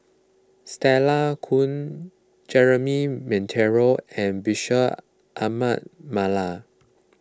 Stella Kon Jeremy Monteiro and Bashir Ahmad Mallal